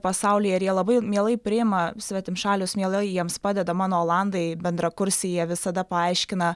pasaulyje ir jie labai mielai priima svetimšalius mielai jiems padeda mano olandai bendrakursiai jie visada paaiškina